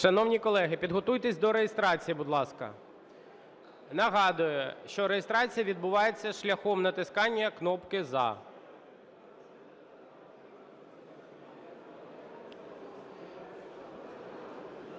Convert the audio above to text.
Шановні колеги, підготуйтесь до реєстрації, будь ласка. Нагадую, що реєстрація відбувається шляхом натискання кнопки "за".